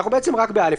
בעצם, אנחנו רק ב-(א).